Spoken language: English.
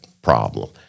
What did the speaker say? problem